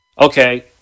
okay